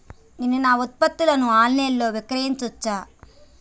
నేను నా ఉత్పత్తులను ఆన్ లైన్ లో విక్రయించచ్చా?